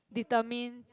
determine